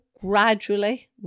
gradually